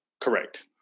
Correct